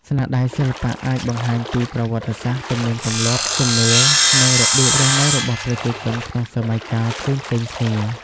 ស្នាដៃសិល្បៈអាចបង្ហាញពីប្រវត្តិសាស្ត្រ ទំនៀមទម្លាប់ ជំនឿ និងរបៀបរស់នៅរបស់ប្រជាជនក្នុងសម័យកាលផ្សេងៗគ្នា។